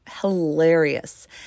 hilarious